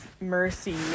mercy